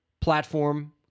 platform